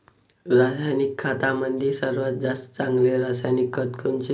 रासायनिक खतामंदी सर्वात चांगले रासायनिक खत कोनचे?